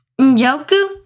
Njoku